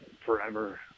forever